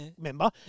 member